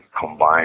combine